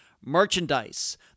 Merchandise